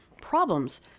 problems